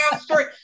Story